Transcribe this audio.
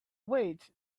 weights